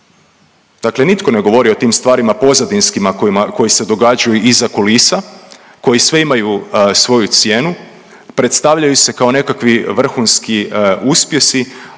Dakle, nitko ne govori o tim stvarima pozadinskima koji se događaju iza kulisa koji sve imaju svoju cijenu. Predstavljaju se kao nekakvi vrhunski uspjesi,